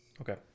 Okay